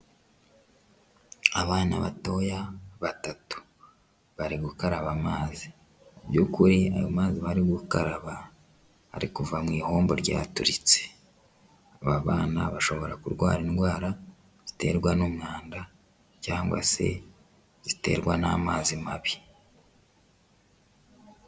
Abana batoya batatu bari gukaraba amazi, mu by'ukuri ayo mazi bari gukaraba ari kuva mu ihombo ryaturitse, aba bana bashobora kurwara indwara ziterwa n'umwanda cyangwa se ziterwa n'amazi mabi.